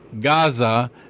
Gaza